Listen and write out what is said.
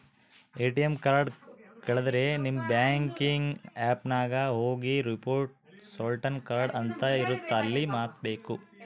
ATM card ಕಳುದ್ರೆ ನಿಮ್ banking app ನಾಗ ಹೋಗಿ ರಿಪೋರ್ಟ್ ಸ್ಟೋಲನ್ ಕಾರ್ಡ್ ಅಂತ ಇರುತ್ತ ಅಲ್ಲಿ ವತ್ತ್ಬೆಕು